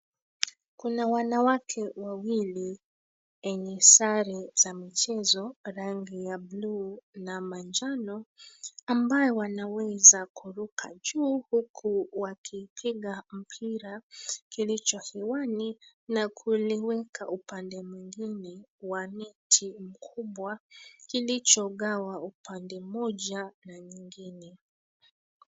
Kuna wanawake wawili enye sare za michezo rangi ya blue na manjano ambao wanaweza kuruka juu huku wakipiga mpira kilicho hewani na kuliweka upande mwingine wa neti mkubwa kilichogawa upande moja na nyingine.